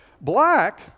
Black